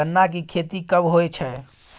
गन्ना की खेती कब होय छै?